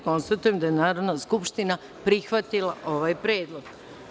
Konstatujem da je Narodna skupština prihvatila ovaj predlog.